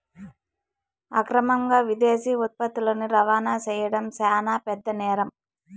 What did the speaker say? అక్రమంగా విదేశీ ఉత్పత్తులని రవాణా చేయడం శాన పెద్ద నేరం